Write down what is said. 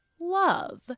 love